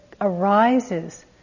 arises